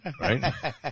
Right